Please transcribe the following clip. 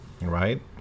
Right